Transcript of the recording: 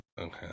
Okay